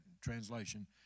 translation